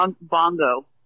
Bongo